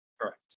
Correct